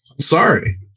sorry